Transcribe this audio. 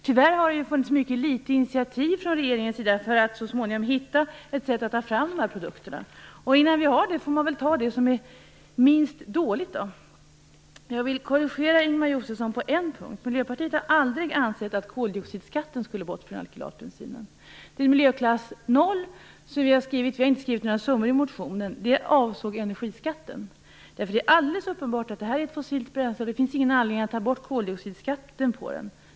Tyvärr har det funnits mycket få initiativ från regeringens sida för att så småningom hitta ett sätt att ta fram dessa produkter, och innan vi har det får vi väl ta det som är minst dåligt. Jag vill korrigera Ingemar Josefsson på en punkt. Miljöpartiet har aldrig ansett att koldioxidskatten skulle bort från alkylatbensinen. Vi har inte skrivit några summor i motionen, och det som står om miljöklass 0 avser energiskatten. Det är alldeles uppenbart att detta handlar om ett fossilt bränsle, och det finns ingen anledning att ta bort koldioxidskatten på det.